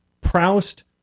Proust